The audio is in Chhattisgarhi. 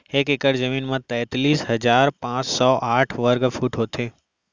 एक एकड़ जमीन मा तैतलीस हजार पाँच सौ साठ वर्ग फुट होथे